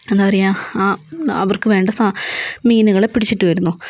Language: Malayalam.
എന്താ പറയുക ആ അവർക്ക് വേണ്ട സാ മീനുകളെ പിടിച്ചിട്ട് വരുന്നു